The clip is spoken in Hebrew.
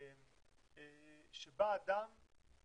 אני